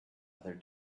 other